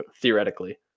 theoretically